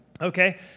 Okay